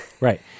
Right